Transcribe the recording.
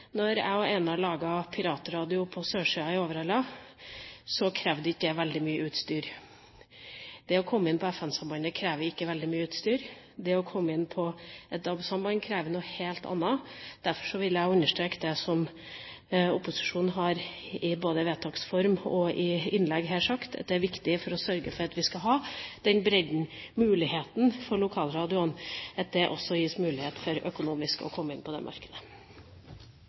jeg og Einar laget piratradio på sørsida i Overhalla, så krevde ikke det veldig mye utstyr. Det å komme inn på FM-sambandet krever ikke veldig mye utstyr. Det å komme inn på et DAB-samband krever noe helt annet. Derfor vil jeg understreke det som opposisjonen, både i vedtaks form og i innlegg har sagt: Det er viktig å sørge for at vi får bredde, og også at lokalradioen gis økonomisk mulighet til å komme inn på det markedet.